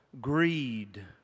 greed